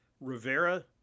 Rivera